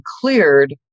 cleared